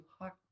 heart